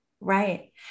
Right